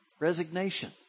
resignation